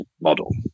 model